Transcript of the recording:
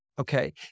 Okay